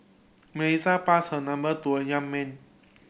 Melissa passed her number to a young man